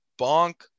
bonk